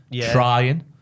Trying